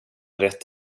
rätt